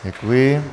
Děkuji.